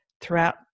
throughout